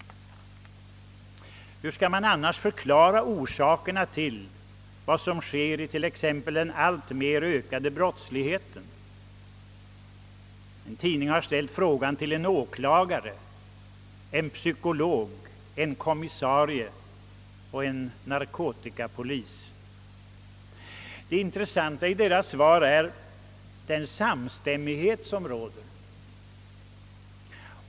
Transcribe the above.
Hur skall man annars förklara orsakerna till exempelvis den alltmer ökade brottsligheten. En tidning har ställt den frågan till en åklagare, en psykolog, en kommisarie och en narkotikapolis. Det intres santa i deras svar är den samstämmighet som råder.